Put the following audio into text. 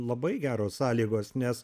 labai geros sąlygos nes